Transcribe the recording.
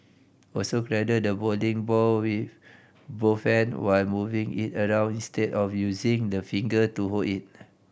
also cradle the bowling ball with both hand while moving it around instead of using the finger to hold it